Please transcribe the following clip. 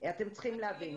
אתם צריכים להבין,